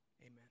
Amen